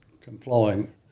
complying